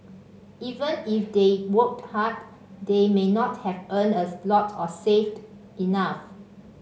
even if they worked hard they may not have earned a lot or saved enough